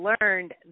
learned